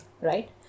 Right